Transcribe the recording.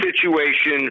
situation